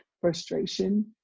frustration